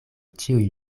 ĉiuj